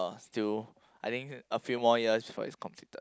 still I think a few more years before it's completed